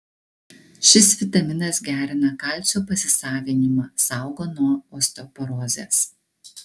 šis vitaminas gerina kalcio pasisavinimą saugo nuo osteoporozės